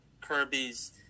Kirby's